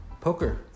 poker